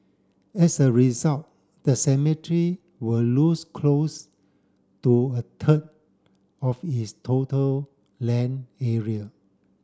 as a result the cemetery will lose close to a third of its total land area